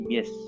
Yes